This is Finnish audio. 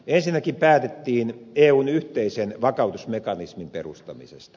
ensinnäkin päätettiin eun yhteisen vakautusmekanismin perustamisesta